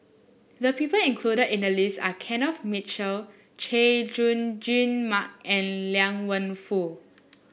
the people included in the list are Kenneth Mitchell Chay Jung Jun Mark and Liang Wenfu